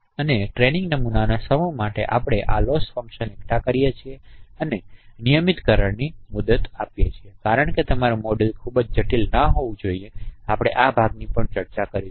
અને ટ્રેનિંગ નમૂનાઓના સમૂહ માટે આપણે આ લોસ ફંકશન એકઠા કરીએ છીએ અને આ નિયમિતકરણની મુદત આપીએ છીએ કારણ કે તમારું મોડેલ ખૂબ જટિલ ન હોવું જોઈએ આપણે આ ભાગની પણ ચર્ચા કરીશું